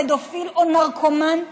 פדופיל או נרקומן,